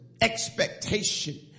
expectation